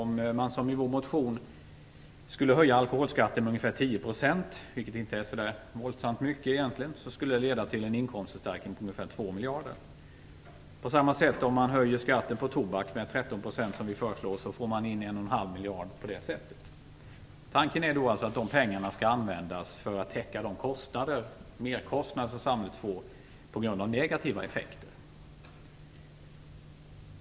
Om man, som vi föreslår i vår motion, skulle höja alkoholskatten med ungefär 10 %, vilket egentligen inte är så våldsamt mycket, skulle det leda till en inkomstförstärkning på ungefär 2 miljarder. Om man höjer skatten på tobak med 13 %, som vi föreslår, får man in en och en halv miljard. Tanken är att dessa pengar skall användas för att täcka de merkostnader som samhället får på grund av negativa effekter.